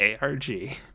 arg